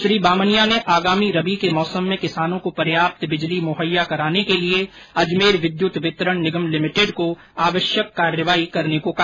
श्री बामनिया ने आगामी रबी के मौसम में किसानों को पर्याप्त बिजली मुहैया कराने के लिए अजमेर विद्यूत वितरण निगम लिमिटेड को आवश्यक कार्यवाही करने को कहा